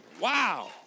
Wow